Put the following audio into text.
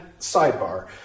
sidebar